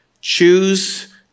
Choose